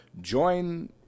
join